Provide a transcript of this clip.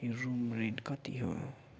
यो room rent कति हो